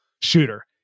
shooter